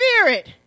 Spirit